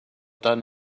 done